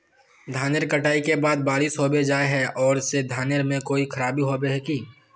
धानेर कटाई के बाद बारिश होबे जाए है ओ से धानेर में कोई खराबी होबे है की?